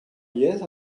yezh